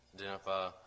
identify